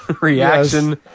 reaction